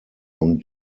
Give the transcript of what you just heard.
und